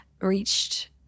reached